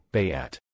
Bayat